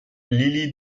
lili